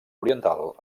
oriental